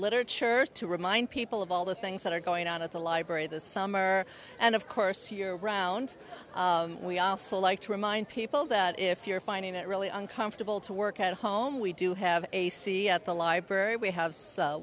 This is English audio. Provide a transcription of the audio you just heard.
literature to remind people of all the things that are going on at the library this summer and of course year round we also like to remind people that if you're finding it really uncomfortable to work at home we do have ac at the library we have